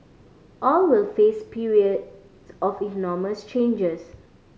all will face periods of enormous changes